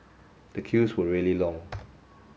the queues were really long